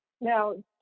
Now